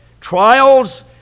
trials